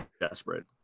desperate